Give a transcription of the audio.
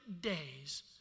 days